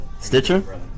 Stitcher